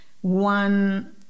one